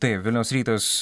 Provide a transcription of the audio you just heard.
taip vilniaus rytas